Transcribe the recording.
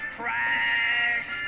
trash